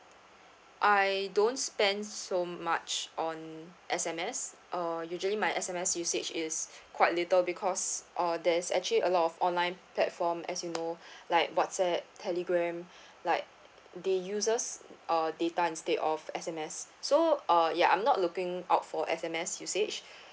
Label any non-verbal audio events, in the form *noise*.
I don't spend so much on S_M_S uh usually my S_M_S usage is *breath* quite little because uh there's actually a lot of online platform as you know *breath* like whatsapp telegram *breath* like they uses uh data instead of S_M_S so uh ya I'm not looking out for S_M_S usage *breath*